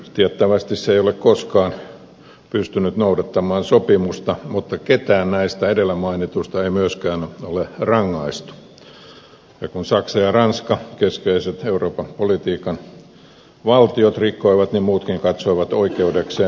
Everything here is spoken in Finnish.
tiettävästi se ei ole koskaan pystynyt noudattamaan sopimusta mutta ketään näistä edellä mainituista ei myöskään ole rangaistu ja kun saksa ja ranska keskeiset euroopan politiikan valtiot rikkoivat niin muutkin katsoivat oikeudekseen rikkoa